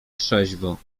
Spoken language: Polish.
trzeźwo